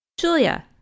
Julia